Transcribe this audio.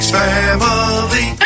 family